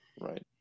right